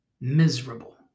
miserable